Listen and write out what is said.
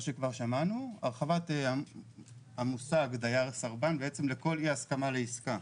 הרחבת המושג דייר סרבן לכל אי הסכמה לעסקה.